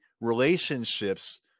relationships